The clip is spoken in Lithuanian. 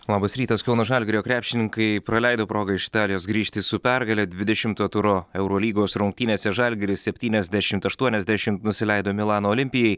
labas rytas kauno žalgirio krepšininkai praleido progą iš italijos grįžti su pergale dvidešimto turo eurolygos rungtynėse žalgiris septyniasdešimt aštuoniasdešimt nusileido milano olimpijai